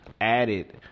added